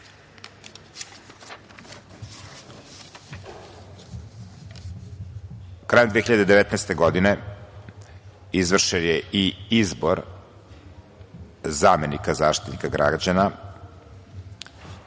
2019. godine izvršen je i izbor zamenika Zaštitnika građana,